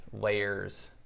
layers